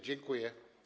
Dziękuję.